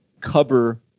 cover